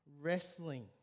wrestling